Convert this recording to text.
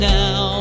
now